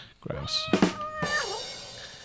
Gross